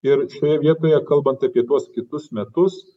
ir šioje vietoje kalbant apie tuos kitus metus